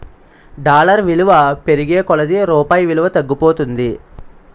dollar విలువ పెరిగే కొలది రూపాయి విలువ తగ్గిపోతుంది